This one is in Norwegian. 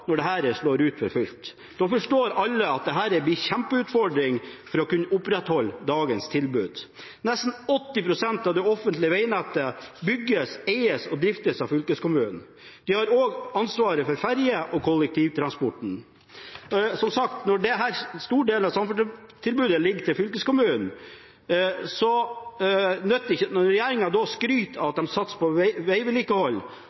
når dette slår ut for fullt. Da forstår alle at dette blir en kjempeutfordring for å kunne opprettholde dagens tilbud. Nesten 80 pst. av det offentlige vegnettet bygges, eies og driftes av fylkeskommunene. De har også ansvaret for ferje- og kollektivtransporten. En stor del av samferdselstilbudet ligger til fylkeskommunene, og når regjeringen skryter av at de satser på